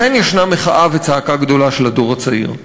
לכן ישנה מחאה וצעקה גדולה של הדור הצעיר.